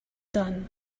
done